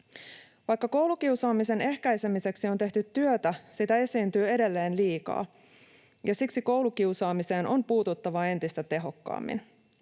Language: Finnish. Vaikka koulukiusaamisen ehkäisemiseksi on tehty työtä, sitä esiintyy edelleen liikaa, ja siksi koulukiusaamiseen on puututtava entistä tehokkaammin.